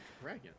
dragon